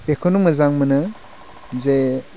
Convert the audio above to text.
बेखौनो मोजां मोनो जे